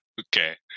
okay